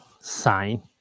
sign